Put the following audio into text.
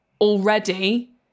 already